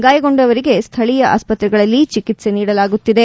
ಗಾಯಗೊಂಡವರಿಗೆ ಸ್ವಳೀಯ ಆಸ್ವತ್ರೆಗಳಲ್ಲಿ ಚಿಕಿತ್ಸೆ ನೀಡಲಾಗುತ್ತಿದೆ